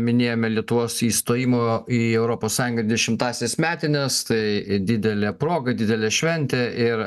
minėjome lietuvos įstojimo į europos sąjungą dešimtąsias metines tai didelė proga didelė šventė ir